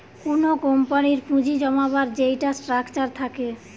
কুনো কোম্পানির পুঁজি জমাবার যেইটা স্ট্রাকচার থাকে